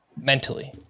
mentally